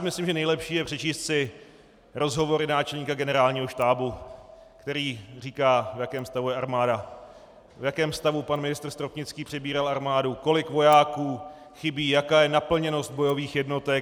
Myslím si, že nejlepší je přečíst si rozhovory náčelníka Generálního štábu, který říká, v jakém stavu jej armáda, v jakém stavu pan ministr Stropnický přebíral armádu, kolik vojáků chybí, jaká je naplněnost bojových jednotek.